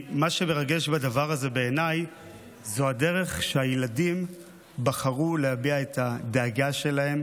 מה שמרגש בדבר הזה בעיניי הוא הדרך שבה הילדים בחרו להביע את הדאגה שלהם